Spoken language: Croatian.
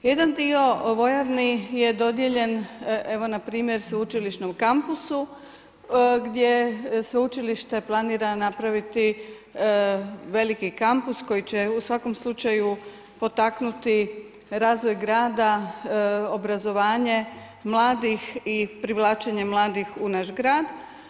Jedan dio vojarni je dodijeljen evo npr. Sveučilišnom kampusu gdje Sveučilište planira napraviti veliki kampus koji će u svakom slučaju potaknuti razvoj grada, obrazovanje mladih i privlačenje mladih u naš grad.